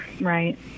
Right